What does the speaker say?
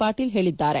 ಪಾಟೀಲ್ ಹೇಳಿದ್ದಾರೆ